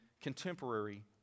contemporary